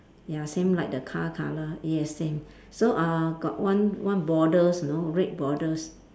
ya same like the car colour yes same so uh got one one borders you know red borders